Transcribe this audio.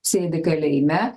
sėdi kalėjime